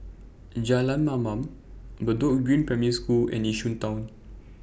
Jalan Mamam Bedok Green Primary School and Yishun Town